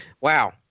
Wow